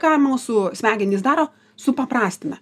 ką mūsų smegenys daro supaprastina